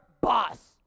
boss